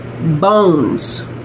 bones